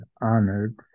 honored